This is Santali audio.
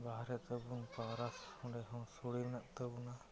ᱵᱟᱦᱟ ᱨᱮᱫᱚᱵᱚᱱ ᱯᱟᱣᱨᱟᱥ ᱚᱸᱰᱮᱦᱚᱸ ᱥᱳᱲᱮ ᱦᱮᱱᱟᱜ ᱛᱟᱵᱚᱱᱟ